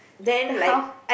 then how